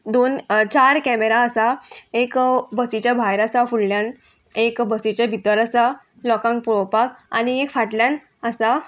दोन चार कॅमेरा आसा एक बसीच्या भायर आसा फुडल्यान एक बसीचे भितर आसा लोकांक पळोवपाक आनी एक फाटल्यान आसा